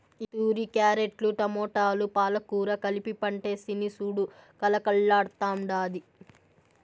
ఈతూరి క్యారెట్లు, టమోటాలు, పాలకూర కలిపి పంటేస్తిని సూడు కలకల్లాడ్తాండాది